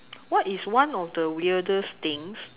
what is one of the weirdest thing